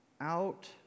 out